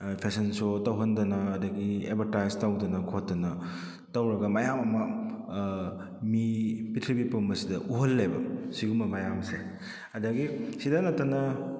fashion show ꯇꯧꯍꯟꯗꯅ ꯑꯗꯨꯗꯒꯤ advertise ꯇꯧꯗꯅ ꯈꯣꯠꯇꯅ ꯇꯧꯔꯒ ꯃꯌꯥꯝ ꯑꯃ ꯃꯤ ꯄꯤꯛꯊ꯭ꯔꯤꯕꯤ ꯄꯨꯝꯕꯁꯤꯗ ꯎꯍꯜꯂꯦꯕ ꯁꯤꯒꯨꯝꯕ ꯃꯌꯥꯝꯁꯦ ꯑꯗꯨꯗꯒꯤ ꯑꯁꯤꯗ ꯅꯠꯇꯅ